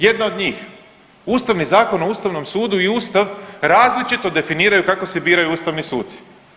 Jedna od njih Ustavni zakon o Ustavnom sudu i Ustav različito definiraju kako se biraju ustavni suci.